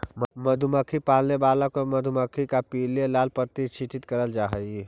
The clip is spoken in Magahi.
मधुमक्खी पालने वालों को मधुमक्खी को पीले ला प्रशिक्षित करल जा हई